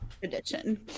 Tradition